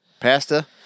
pasta